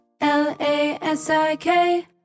L-A-S-I-K